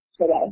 today